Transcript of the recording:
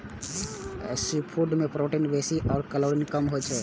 seafood मे protein बेसी आ कैलोरी कम होइ छै